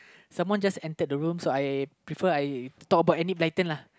someone just entered the room so I prefer I talk about Enid-Blyton lah